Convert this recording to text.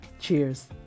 Cheers